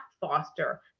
foster